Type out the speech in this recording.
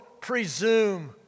presume